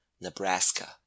Nebraska